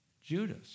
Judas